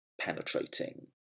penetrating